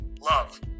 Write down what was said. love